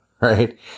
right